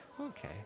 Okay